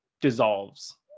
dissolves